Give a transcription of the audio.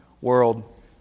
world